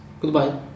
goodbye